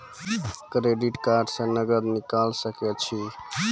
Credit card से नगद निकाल सके छी?